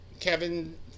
Kevin